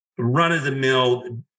run-of-the-mill